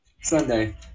Sunday